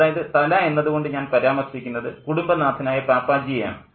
അതായത് തല എന്നതു കൊണ്ട് ഞാൻ പരാമർശിക്കുന്നത് കുടുംബനാഥനായ പാപ്പാജിയെ ആണ്